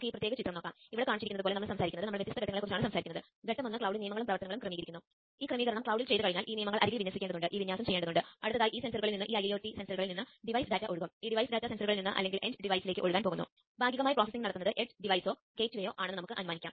ഈ കണ്ടെത്തൽ പ്രക്രിയയിലൂടെ കണ്ടെത്താൻ കഴിയുന്ന മറ്റ് നിരവധി മൊഡ്യൂളുകൾ ഉണ്ടാകാം